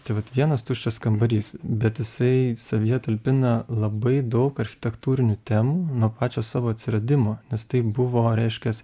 tai vat vienas tuščias kambarys bet jisai savyje talpina labai daug architektūrinių temų nuo pačio savo atsiradimo nes tai buvo reiškias